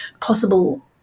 possible